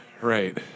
Right